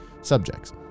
Subjects